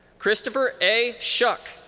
christopher a. shuck.